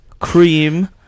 Cream